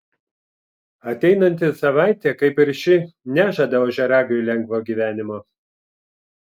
ateinanti savaitė kaip ir ši nežada ožiaragiui lengvo gyvenimo